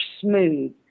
smooth